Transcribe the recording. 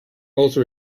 also